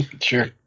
Sure